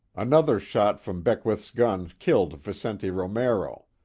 another shot from beckwith's gun killed vicente romero.